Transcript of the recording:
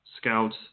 scouts